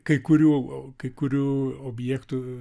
kai kurių o kai kurių objektų